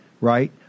right